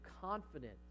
confident